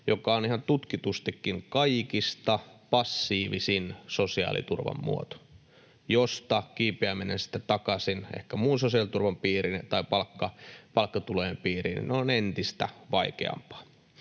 joka on ihan tutkitustikin kaikista passiivisin sosiaaliturvan muoto, josta kiipeäminen sitten takaisin, ehkä muun sosiaaliturvan piiriin tai palkkatulojen piiriin, on entistä vaikeampaa.